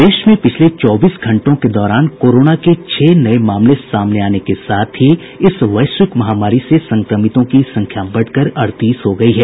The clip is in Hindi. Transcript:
प्रदेश में पिछले चौबीस घंटों के दौरान कोरोना के छह नये मामले सामने आने के साथ ही इस वैश्विक महामारी से संक्रमितों की संख्या बढ़कर अड़तीस हो गयी है